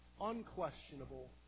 unquestionable